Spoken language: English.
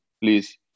please